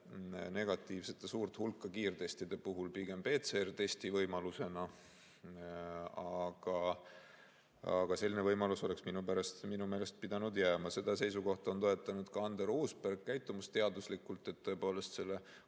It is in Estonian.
valenegatiivsete suurt hulka kiirtestide puhul, pigem PCR‑testi võimalusena. Aga selline võimalus oleks minu meelest pidanud jääma. Seda seisukohta on toetanud ka Andero Uusberg, käitumisteaduslikult on koroonapasside